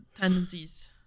tendencies